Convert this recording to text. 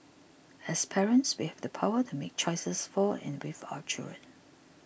as parents we have the power to make choices for and with our children